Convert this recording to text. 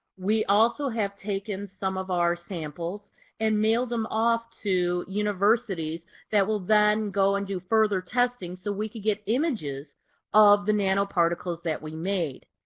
we also have taken some of our samples and mailed them off to universities that will then go and do further testing so we can get images of the nanoparticles that we made.